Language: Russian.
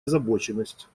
озабоченность